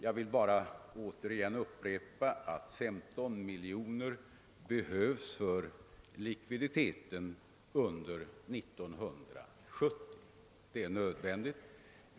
Jag vill då upprepa att 15 miljoner behövs för likviditeten under år 1970. Det är nödvändigt.